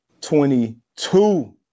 22